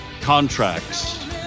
contracts